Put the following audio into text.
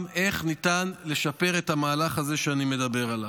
איך ניתן לשפר את המהלך הזה שאני מדבר עליו.